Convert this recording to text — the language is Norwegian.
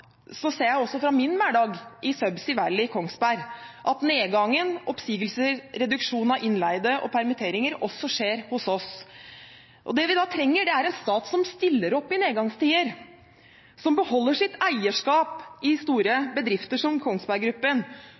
jeg også fra min hverdag i Subsea Valley, Kongsberg, at nedgangen, oppsigelser, reduksjon av innleide og permitteringer også skjer hos oss. Det vi da trenger, er en stat som stiller opp i nedgangstider, som beholder sitt eierskap i store bedrifter som Kongsberg Gruppen,